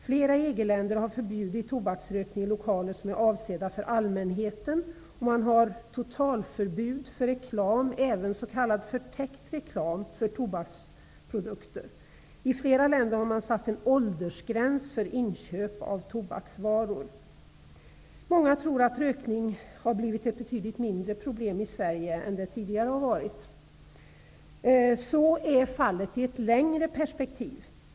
Flera EG-länder har förbjudit tobaksrökning i lokaler avsedda för allmänheten, och man har totalförbud för reklam, även s.k. förtäckt reklam, för tobaksprodukter. I flera länder har man satt en åldersgräns för inköp av tobaksvaror. Många tror att rökning har blivit ett betydligt mindre problem i Sverige än det tidigare har varit. Så är fallet i ett längre perspektiv.